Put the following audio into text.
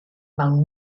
mewn